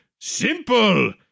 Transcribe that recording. Simple